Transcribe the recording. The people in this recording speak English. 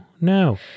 no